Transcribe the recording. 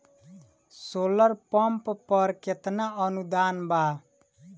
Solar pump पर केतना अनुदान बा?